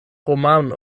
roman